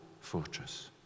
fortress